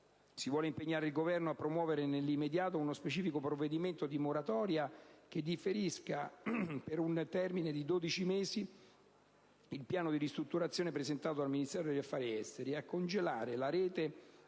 si vuole impegnare il Governo a promuovere nell'immediato uno specifico provvedimento di moratoria che differisca per un termine di 12 mesi il piano di ristrutturazione presentato dal Ministero degli affari esteri e a congelare la rete